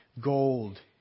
Gold